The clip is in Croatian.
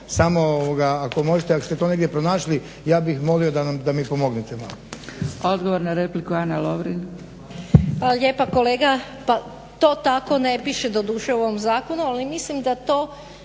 samo ako možete, ako ste to negdje pronašli ja bih molio da mi pomognete malo.